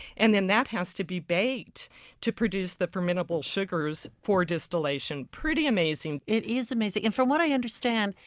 and then that has to be baked to produce the fermentable sugars for distillation. pretty amazing it is amazing, and from what i understand,